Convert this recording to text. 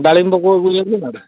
ᱰᱟᱹᱞᱤᱢ ᱵᱟᱵᱚ ᱟᱹᱜᱩ ᱧᱚᱜᱼᱟ